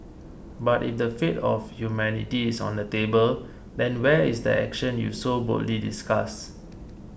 but if the fate of humanity is on the table then where is the action you so boldly discuss